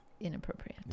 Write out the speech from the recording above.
Inappropriate